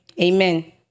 Amen